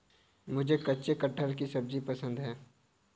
मुझे कच्चे कटहल की सब्जी पसंद है